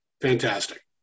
Fantastic